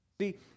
See